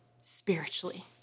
spiritually